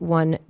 one